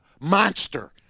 monster